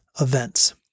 events